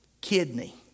kidney